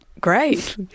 Great